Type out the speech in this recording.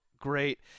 great